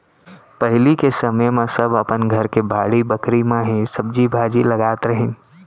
पहिली के समे म सब अपन घर के बाड़ी बखरी म ही सब्जी भाजी लगात रहिन